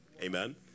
amen